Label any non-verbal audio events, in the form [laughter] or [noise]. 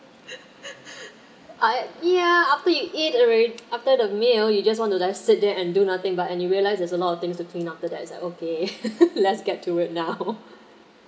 [laughs] I ya after you eat already after the meal you just want to sit there and do nothing but and you realise there's a lot of things to clean after that it's like okay [laughs] let's get to work now